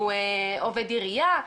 עובד עירייה,